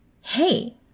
Hey